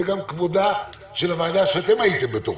זה גם כבודה של הוועדה שאתם הייתם חלק ממנה.